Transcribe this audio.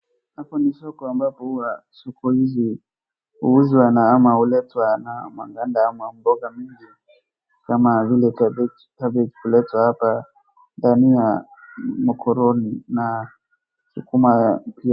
Hapa ni soko ambapo huwa soko hizi huuzwa na ama huletwa na maganda ama mboga nyingi, kama vile cabbage kuletwa hapa, dania, macaroni , na sukuma wiki au.